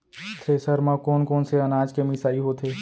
Thresher म कोन कोन से अनाज के मिसाई होथे?